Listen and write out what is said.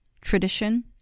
tradition